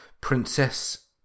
Princess